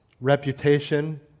reputation